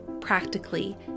practically